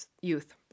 youth